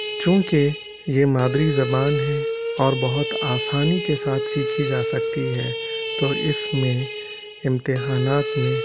چونکہ یہ مادری زبان ہے اور بہت آسانی کے ساتھ سیکھی جا سکتی ہے تو اس میں امتحانات میں